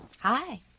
Hi